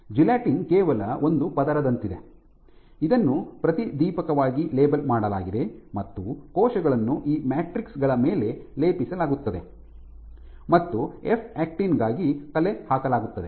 gelatin ಕೇವಲ ಒಂದು ಪದರದಂತಿದೆ ಇದನ್ನು ಪ್ರತಿದೀಪಕವಾಗಿ ಲೇಬಲ್ ಮಾಡಲಾಗಿದೆ ಮತ್ತು ಕೋಶಗಳನ್ನು ಈ ಮ್ಯಾಟ್ರಿಕ್ ಗಳ ಮೇಲೆ ಲೇಪಿಸಲಾಗುತ್ತದೆ ಮತ್ತು ಎಫ್ ಆಕ್ಟಿನ್ ಗಾಗಿ ಕಲೆ ಹಾಕಲಾಗುತ್ತದೆ